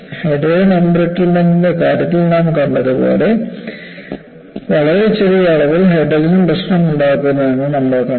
hydrogen എംബ്രിറ്റ്മെന്റ്ൻറെ കാര്യത്തിൽ നാം കണ്ടതുപോലെ വളരെ ചെറിയ അളവിൽ ഹൈഡ്രജൻ പ്രശ്നമുണ്ടാക്കുമെന്ന് നമ്മൾ കണ്ടു